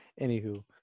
Anywho